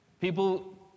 People